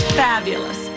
fabulous